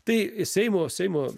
tai seimo seimo